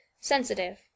sensitive